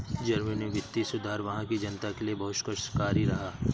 Germany में वित्तीय सुधार वहां की जनता के लिए बहुत कष्टकारी रहा